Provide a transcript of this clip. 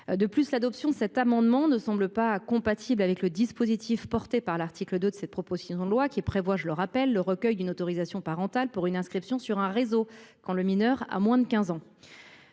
De plus, l'adoption de cet amendement ne semble pas compatible avec le dispositif porté par l'article 2 de cette proposition de loi qui prévoit, je le rappelle, le recueil d'une autorisation parentale pour une inscription sur un réseau quand le mineur à moins de 15 ans.